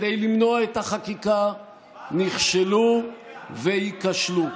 כדי למנוע את החקיקה נכשלו וייכשלו.